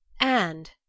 And